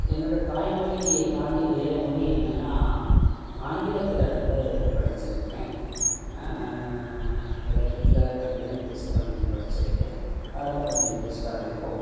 என்னோடய தாய்மொழியைத் தாண்டி வேறு மொழி என்னென்னால் ஆங்கிலத்தில் வந்து படிச்சுருக்கேன் அதில் ஹிட்லர் அது மாரி புக்ஸ்லாம் கொஞ்சம் படிச்சுருக்கேன் அதெல்லாம் கொஞ்சம் இன்ட்ரெஸ்ட்டாக இருக்கும்